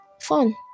fun